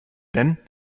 then